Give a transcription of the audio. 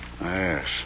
Yes